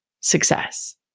success